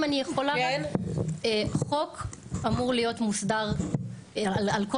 אם אני יכולה: חוק אמור להיות מוסדר על כל